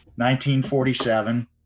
1947